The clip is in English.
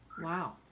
Wow